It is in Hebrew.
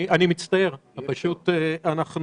אני מצטער, פשוט אנחנו חייבים להתפנות למליאה.